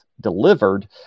delivered